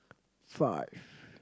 five